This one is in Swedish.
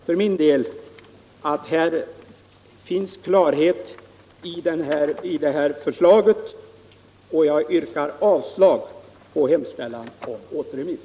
För min del anser jag att förslaget ger full klarhet, och jag yrkar därför avslag på hemställan om återremiss.